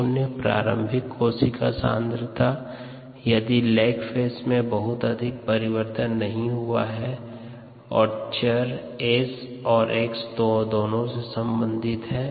x0 प्रारंभिक कोशिका सांद्रता है यदि लैग फेज में बहुत अधिक परिवर्तन नहीं हुआ है और चर s और x से संबंधित हैं